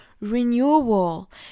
renewal